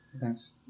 Thanks